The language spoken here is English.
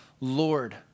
Lord